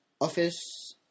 Office